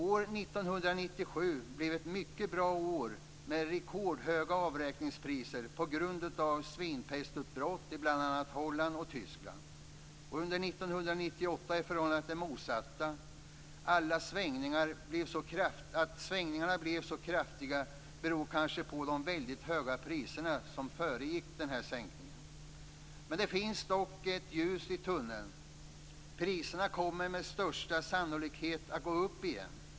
År 1997 blev ett mycket bra år med rekordhöga avräkningspriser på grund av svinpestutbrott i bl.a. Holland och Tyskland. Under 1998 är förhållandet det motsatta. Att svängningarna blev så kraftiga beror kanske på de väldigt höga priser som föregick sänkningen. Men det finns ett ljus i tunneln. Priserna kommer med största sannolikhet att gå upp igen.